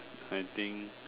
I think